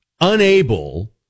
unable